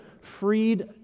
freed